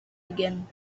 again